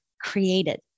created